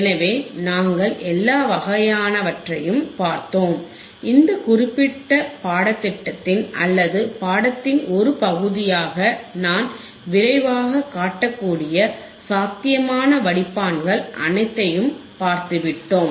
எனவே நாங்கள் எல்லா வகையானவற்றையும் பார்த்தோம் இந்த குறிப்பிட்ட பாடத்திட்டத்தின் அல்லது பாடத்தின் ஒரு பகுதியாக நான் விரைவாகக் காட்டக்கூடிய சாத்தியமான வடிப்பான்கள் அனைத்தையும் பார்த்துவிட்டோம்